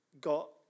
got